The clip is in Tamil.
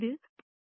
5 ஆகும்